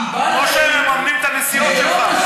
כמו שמממנים את הנסיעות שלך.